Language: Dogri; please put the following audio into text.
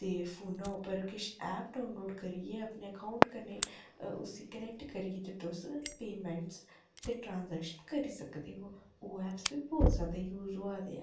ते फोनै उप्पर किश ऐप्प डाउनलोड करियै अपने अकाउंट कन्नै उस्सी कनैक्ट करियै ते तुस पेऽमैंटां ते ट्रांजैक्शन करी सकदे ओ ओह् ऐप्प बी बौह्त जैदा यूज होआ दे न